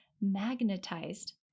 magnetized